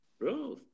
bro